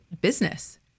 business